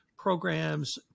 programs